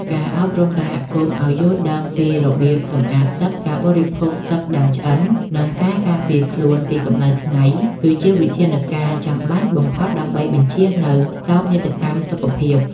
ការអប់រំសហគមន៍ឱ្យយល់ដឹងពីរបៀបសម្អាតទឹក ការបរិភោគទឹកដាំឆ្អិន និងការការពារខ្លួនពីកម្ដៅថ្ងៃ គឺជាវិធានការចាំបាច់បំផុតដើម្បីបញ្ជៀសនូវសោកនាដកម្មសុខភាព។